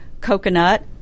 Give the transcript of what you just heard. coconut